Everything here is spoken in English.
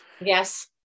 Yes